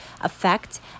effect